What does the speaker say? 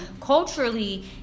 culturally